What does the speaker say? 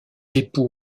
époux